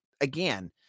again